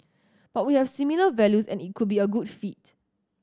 but we have similar values and it could be a good fit